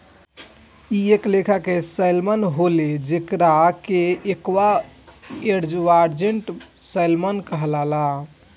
इ एक लेखा के सैल्मन होले जेकरा के एक्वा एडवांटेज सैल्मन कहाला